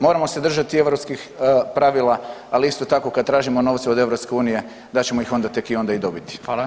Moramo se držati europskih pravila, ali isto tako kad tražimo novce od EU da ćemo ih onda tek i onda i dobiti.